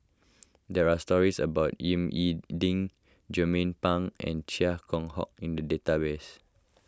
there are stories about Ying E Ding Jernnine Pang and Chia Keng Hock in the database